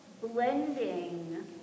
blending